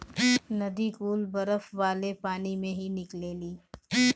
नदी कुल बरफ वाले पानी से ही निकलेली